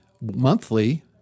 monthly